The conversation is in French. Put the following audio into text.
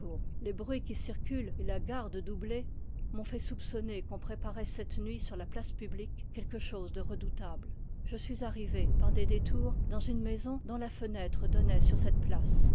les bruits qui circulent et la garde doublée m'ont fait soupçonner qu'on préparait cette nuit sur la place publique quelque chose de redoutable je suis arrivé par des détours dans une maison dont la fenêtre donnait sur cette place